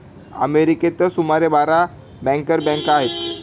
अमेरिकेतच सुमारे बारा बँकर बँका आहेत